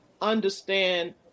understand